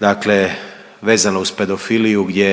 dakle vezano uz pedofiliju gdje